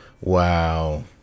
wow